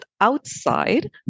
outside